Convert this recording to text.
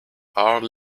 are